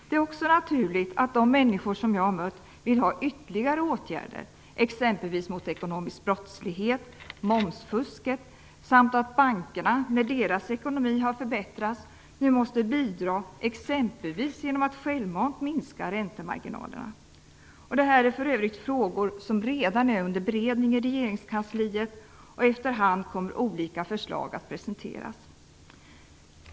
Det är också naturligt att de människor som jag har mött vill ha ytterligare åtgärder, t.ex. mot ekonomisk brottslighet och mot momsfusket. De anser också att bankerna, när deras ekonomi har förbättrats, nu måste bidra t.ex. genom att självmant minska räntemarginalerna. Detta är för övrigt frågor som redan är under beredning i regeringskansliet, och efterhand kommer olika förslag att presenteras.